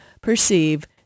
perceive